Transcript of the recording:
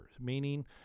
meaning